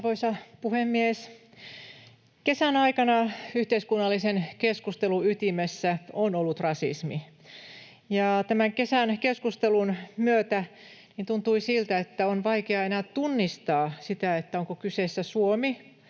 Arvoisa puhemies! Kesän aikana yhteiskunnallisen keskustelun ytimessä on ollut rasismi. Tämän kesän keskustelun myötä tuntui siltä, että on vaikea enää tunnistaa sitä, onko kyseessä Suomi,